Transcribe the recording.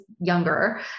younger